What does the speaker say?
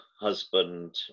Husband